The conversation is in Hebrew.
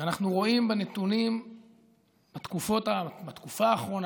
אנחנו רואים בנתונים בתקופה האחרונה,